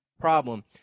problem